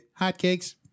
hotcakes